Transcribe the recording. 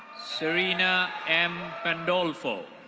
serena m pandolfo.